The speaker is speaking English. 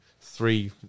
three